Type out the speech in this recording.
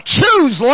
Choose